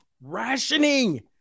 Rationing